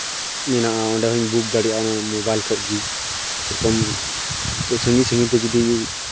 ᱢᱮᱱᱟᱜᱼᱟ ᱚᱸᱰᱮ ᱦᱚᱸᱧ ᱵᱩᱠ ᱫᱟᱲᱮᱭᱟᱜᱼᱟ ᱢᱳᱵᱟᱭᱤᱞ ᱠᱷᱚᱡ ᱜᱮ ᱡᱮᱨᱚᱠᱚᱢ ᱱᱤᱛᱚᱜ ᱥᱟᱺᱜᱤᱧ ᱥᱟᱺᱜᱤᱧ ᱡᱷᱚᱡ ᱜᱮ ᱡᱩᱫᱤ